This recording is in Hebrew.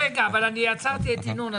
רגע, עצרתי את ינון.